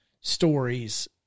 stories